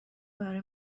برای